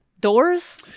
doors